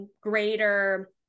greater